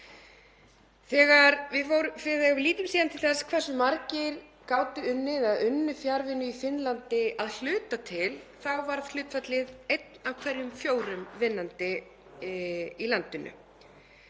í kringum 5%. Þegar við lítum síðan til þess hversu margir gátu unnið eða unnu fjarvinnu í Finnlandi að hluta til þá var hlutfallið einn af hverjum fjórum vinnandi í landinu.